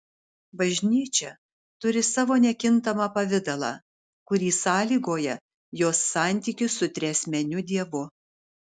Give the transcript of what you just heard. bažnyčia turi savo nekintamą pavidalą kurį sąlygoja jos santykis su triasmeniu dievu